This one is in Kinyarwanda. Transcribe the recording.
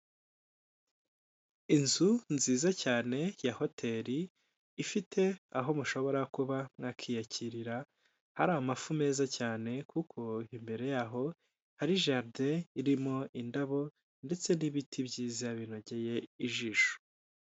Inzu nziza cyane ya hoteri ifite aho mushobora kuba mwakiyakirira hari amafu meza cyane kuko imbere yaho hari jaride irimo indabo ndetse n'ibiti byiza binogeye ijisho.